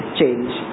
change